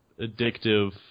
addictive